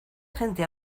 gente